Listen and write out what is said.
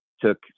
took